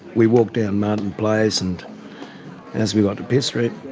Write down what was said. we walked down martin place and as we got to pitt street,